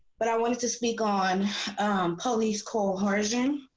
but i wanted to speak on police call margin.